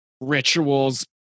rituals